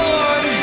Lord